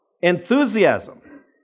enthusiasm